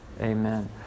Amen